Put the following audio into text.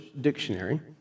Dictionary